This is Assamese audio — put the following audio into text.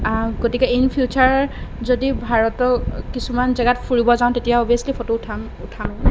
গতিকে ইন ফিউচাৰ যদি ভাৰতৰ কিছুমান জেগাত ফুৰিব যাওঁ তেতিয়া অবভিয়েছলী ফটো উঠাম উঠামেই